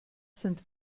sind